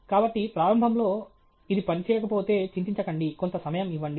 కాబట్టి ప్రారంభంలో ఇది పని చేయకపోతే చింతించకండి కొంత సమయం ఇవ్వండి